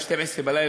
ב-24:00,